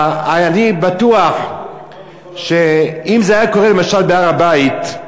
אני בטוח שאם זה היה קורה למשל בהר-הבית,